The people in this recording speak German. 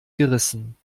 gerissen